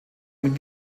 mit